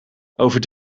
over